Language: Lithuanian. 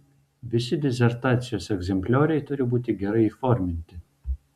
visi disertacijos egzemplioriai turi būti gerai įforminti